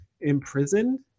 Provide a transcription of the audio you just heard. Imprisoned